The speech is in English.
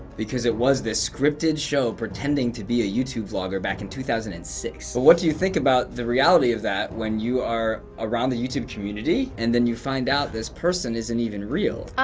because it was this scripted show pretending to be a youtube vlogger back in two thousand and six. what do you think about the reality of that, when you are around the youtube community, and then you find out this person isn't even real? um,